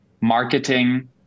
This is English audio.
marketing